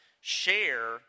share